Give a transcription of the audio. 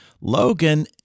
Logan